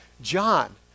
John